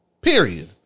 Period